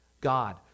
God